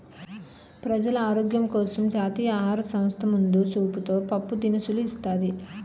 ప్రజలు ఆరోగ్యం కోసం జాతీయ ఆహార సంస్థ ముందు సూపుతో పప్పు దినుసులు ఇస్తాది